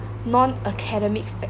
non academic